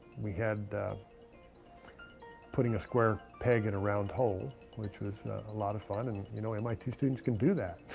we had putting a square peg in a round hole, which was a lot of fun, and you know mit students can do that.